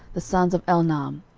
the sons of elnaam,